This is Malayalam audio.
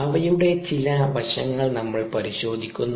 അവയുടെ ചില വശങ്ങൾ നമ്മൾ പരിശോധിക്കുന്നു